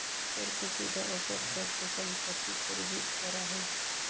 कर के सीधा असर सब के सम्पत्ति पर भी पड़ा हई